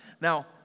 Now